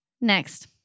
Next